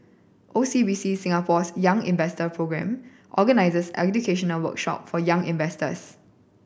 O C B C Singapore's Young Investor Programme organizes educational workshop for young investors